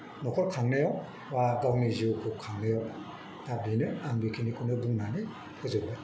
न'खर खांनायाव बा गावनि जिउखौ खांनायाव दा बेनो आं बेखिनिखौनो बुंनानै फोजोबबाय